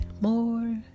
more